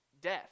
Death